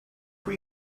were